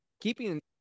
keeping